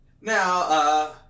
Now